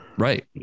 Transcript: right